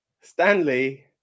Stanley